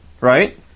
right